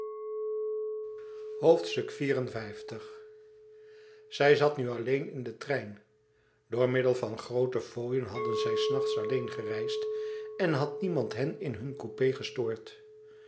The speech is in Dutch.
zij zat nu alleen in den trein door middel van groote fooien hadden zij s nachts alleen gereisd en had niemand hen in hun coupé gestoord